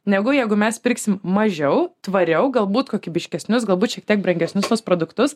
negu jeigu mes pirksim mažiau tvariau galbūt kokybiškesnius galbūt šiek tiek brangesnius tuos produktus